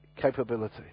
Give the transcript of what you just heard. capability